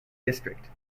district